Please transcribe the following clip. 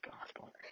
Gospel